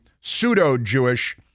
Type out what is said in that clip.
pseudo-Jewish